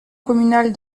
communale